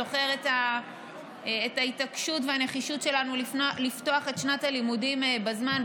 זוכר את ההתעקשות והנחישות שלנו לפתוח את שנת הלימודים בזמן,